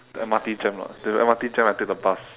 the M_R_T jam or not the M_R_T jam I take the bus